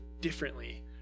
differently